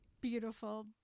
beautiful